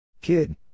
Kid